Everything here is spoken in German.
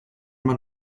man